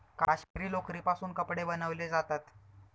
काश्मिरी लोकरीपासून कपडे बनवले जातात